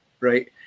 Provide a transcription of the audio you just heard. right